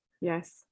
Yes